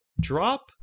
drop